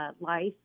life